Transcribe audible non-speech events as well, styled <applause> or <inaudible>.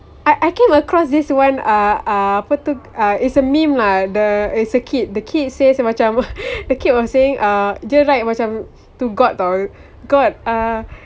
I I came across this one uh uh apa tu uh it's a meme lah the it's a kid the kid says macam <laughs> the kid was saying uh dia like macam to god [tau] god uh